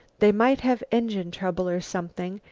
they might have engine trouble, or something,